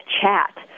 chat